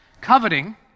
coveting